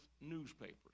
newspapers